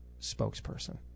spokesperson